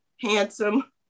handsome